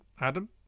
adam